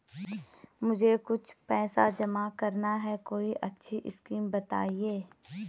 मुझे कुछ पैसा जमा करना है कोई अच्छी स्कीम बताइये?